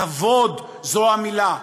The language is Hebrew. כבוד זו המילה.